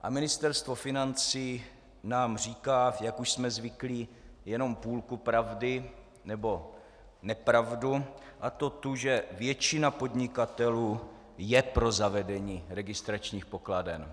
A Ministerstvo financí nám říká, jak už jsme zvyklí, jenom půlku pravdy, nebo nepravdu, a to tu, že většina podnikatelů je pro zavedení registračních pokladen.